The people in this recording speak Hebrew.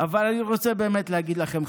אני רוצה באמת להגיד לכם,